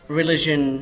religion